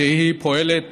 שפועלת